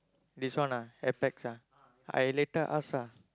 this one ah Apex ah I later ask ah